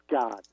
God